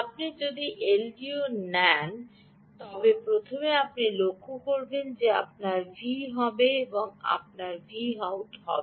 আপনি যদি এলডিও নেন তবে প্রথমে আপনি লক্ষ্য করবেন যে আপনার V¿ হবে এবং আপনার Vout হবে